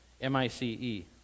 M-I-C-E